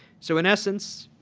so in essence,